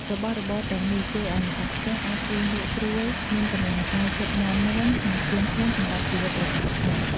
របស់របរទាំងនេះជួយឲ្យម្ចាស់ផ្ទះអាចគេងលក់ស្រួល មានកម្លាំងកាយចិត្តមាំមួន និងត្រៀមខ្លួនសម្រាប់ជីវិតប្រចាំថ្ងៃ។